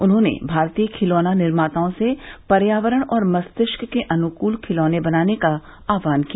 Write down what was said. उन्होंने भारतीय खिलौना निर्माताओं से पर्यावरण और मस्तिष्क के अनुकूल खिलौने बनाने का आहवान किया